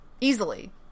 Easily